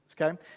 okay